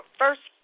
first